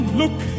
look